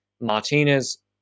Martinez